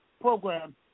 program